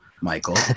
Michael